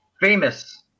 Famous